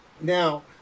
Now